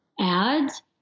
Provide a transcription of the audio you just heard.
ads